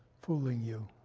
fooling you?